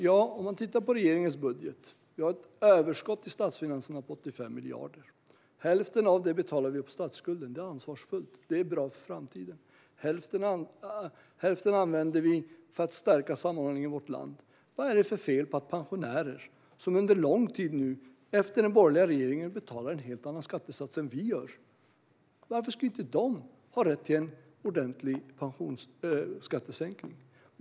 Man kan titta på regeringens budget. Vi har ett överskott i statsfinanserna på 85 miljarder. Med hälften av det betalar vi av på statsskulden. Det är ansvarsfullt. Det är bra för framtiden. Hälften använder vi för att stärka sammanhållningen i vårt land. Pensionärer har sedan en lång tid, sedan den borgerliga regeringen, en helt annan skattesats än vad vi har. Varför ska de inte ha rätt till en ordentlig skattesänkning?